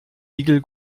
igel